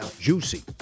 Juicy